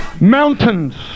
mountains